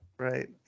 Right